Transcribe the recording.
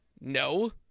No